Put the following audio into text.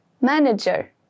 manager